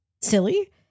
silly